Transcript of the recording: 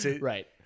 Right